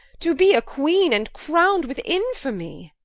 to be a queene, and crown'd with infamie